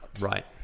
right